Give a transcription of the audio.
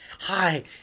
Hi